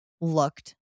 looked